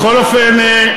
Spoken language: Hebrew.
בכל אופן,